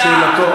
שאלתו,